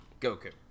Goku